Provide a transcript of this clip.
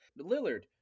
Lillard